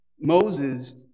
Moses